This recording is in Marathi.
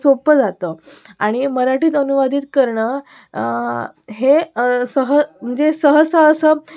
सोपं जातं आणि मराठीत अनुवादित करणं हे सहज म्हणजे सह सह स